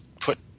put